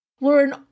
learn